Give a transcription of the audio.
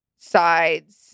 sides